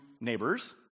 neighbors